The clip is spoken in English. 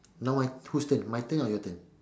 now my whose turn my turn or your turn